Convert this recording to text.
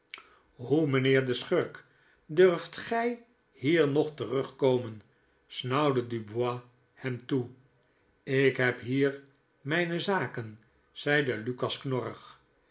hoe mijnheer de schurk durft gy hier nog terugkomen snauwde dubois hem toe ik heb hier mijne zaken zeide lukas knorrig